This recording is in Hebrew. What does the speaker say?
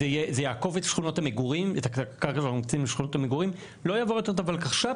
זה יעקוף את הקרקע שאנחנו מקצים לשכונות המגורים ולא יעבור את הוולקחש"פ